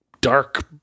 dark